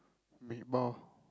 meatball